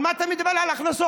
מה אתה מדבר על הכנסות?